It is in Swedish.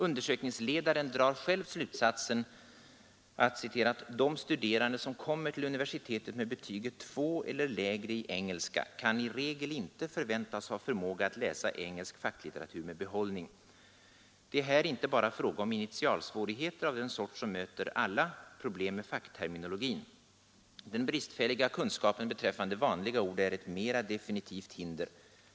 Undersökningsledaren drar själv slutsatsen att ”de studerande som kommer till universitetet med betyget 2 eller lägre i engelska kan i regel inte förväntas ha förmåga att läsa engelsk facklitteratur med behållning. Det är här inte bara fråga om initialsvårigheter av den sort som möter alla — problem med fackterminologin. Den bristfälliga kunskapen beträffande vanliga ord är ett mera definitivt hinder.